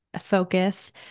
focus